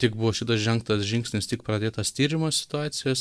tik buvo šitas žengtas žingsnis tik pradėtas tyrimas situacijos